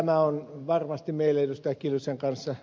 tämä on varmasti meille ed